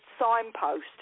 signpost